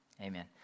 Amen